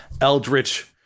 eldritch